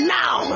now